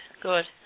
good